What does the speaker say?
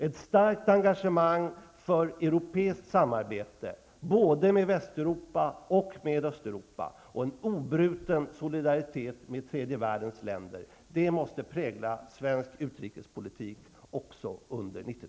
Ett starkt engagemang för europeiskt samarbete, både med Västeuropa och Östeuropa, och en obruten solidaritet med tredje världens länder måste prägla svensk utrikespolitik också under 90